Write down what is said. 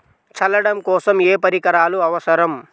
చల్లడం కోసం ఏ పరికరాలు అవసరం?